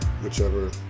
Whichever